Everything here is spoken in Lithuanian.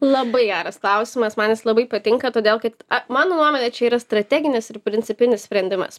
labai geras klausimas man labai patinka todėl kad mano nuomone čia yra strateginis ir principinis sprendimas